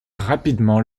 rapidement